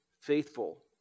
faithful